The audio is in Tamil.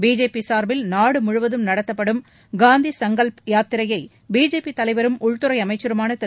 பிஜேபி சார்பில் நாடுமுழுவதும் நடத்தப்படும் காந்தி சுங்கல்ப் யாத்திரையை பிஜேபி தலைவரும் உள்துறை அமைச்சருமான திரு